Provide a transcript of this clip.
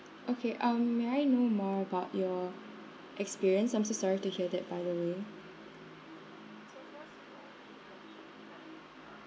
okay um may I know more about your experience I'm so sorry to hear that by the way